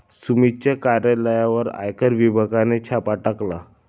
सुमितच्या कार्यालयावर आयकर विभागाने छापा टाकला